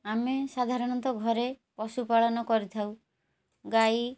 ଆମେ ସାଧାରଣତଃ ଘରେ ପଶୁପାଳନ କରିଥାଉ ଗାଈ